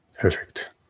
Perfect